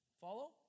Follow